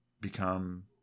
become